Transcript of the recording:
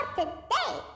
today